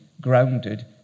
grounded